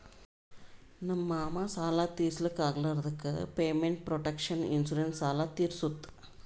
ನಮ್ ಮಾಮಾ ಸಾಲ ತಿರ್ಸ್ಲಕ್ ಆಗ್ಲಾರ್ದುಕ್ ಪೇಮೆಂಟ್ ಪ್ರೊಟೆಕ್ಷನ್ ಇನ್ಸೂರೆನ್ಸ್ ಸಾಲ ತಿರ್ಸುತ್